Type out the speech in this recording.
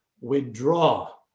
withdraw